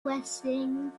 blessing